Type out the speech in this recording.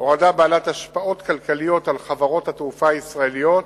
הורדה בעלת השפעות כלכליות על חברות התעופה הישראליות,